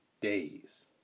days